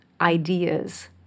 ideas